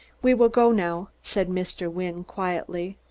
we will go now, said mr. wynne quietly.